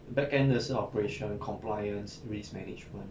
backend 的是 operations compliance risk management